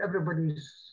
everybody's